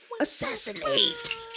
Assassinate